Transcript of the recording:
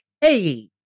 Hey